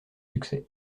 succès